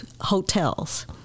hotels